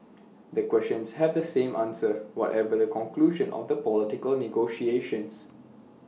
the questions have the same answer whatever the conclusion of the political negotiations